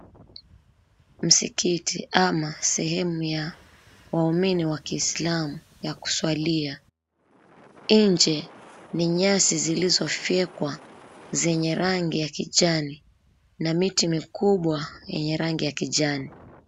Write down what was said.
Msikiti ama sehemu ya waumini wa kiislamu ya kuswalia. Nje ni nyasi zilizofyekwa zenye rangi ya kijani na miti mikubwa yenye rangi ya kijani.